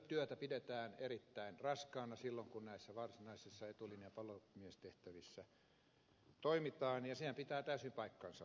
työtä pidetään erittäin raskaana silloin kun näissä varsinaisissa etulinjan palomiestehtävissä toimitaan ja sehän pitää täysin paikkansa